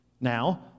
Now